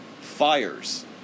fires